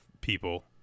people